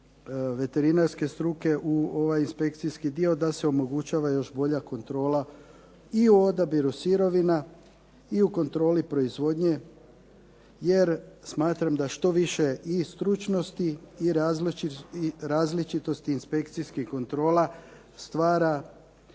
veterinarske struke u ovaj inspekcijski dio, da se omogućava još bolja kontrola i u odabiru sirovina i u kontroli proizvodnje. Jer smatram da što više i stručnosti i različitosti inspekcijskih kontrola stvara